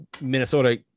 Minnesota